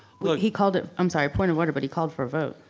look, he called it. i'm sorry, point of order but he called for a vote.